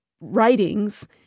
writings